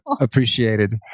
Appreciated